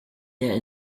der